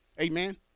Amen